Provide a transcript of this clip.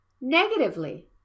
Negatively